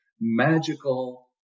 magical